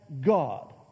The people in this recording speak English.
God